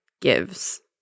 gives